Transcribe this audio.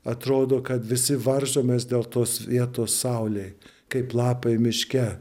atrodo kad visi varžomės dėl tos vietos saulėj kaip lapai miške